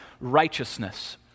righteousness